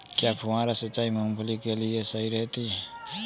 क्या फुहारा सिंचाई मूंगफली के लिए सही रहती है?